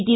T